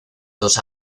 dos